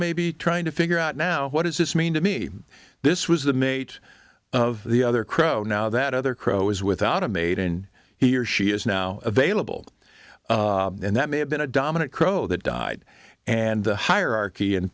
may be trying to figure out now what does this mean to me this was the mate of the other crow now that other crow is without a mate and he or she is now available and that may have been a dominant crow that died and the hierarchy and